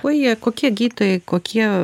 kuo jie kokie gydytojai kokie